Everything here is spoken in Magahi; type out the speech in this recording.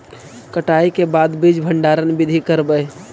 कटाई के बाद बीज भंडारन बीधी करबय?